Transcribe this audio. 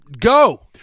Go